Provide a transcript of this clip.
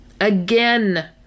Again